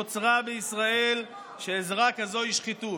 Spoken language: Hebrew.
שנוצרה בישראל היא שעזרה כזאת היא שחיתות.